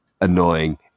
annoying